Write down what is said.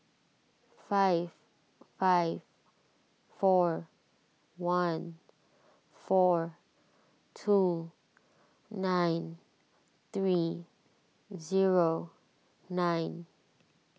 five five four one four two nine three zero nine